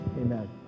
Amen